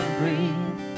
breathe